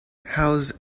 house